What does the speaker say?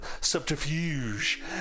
subterfuge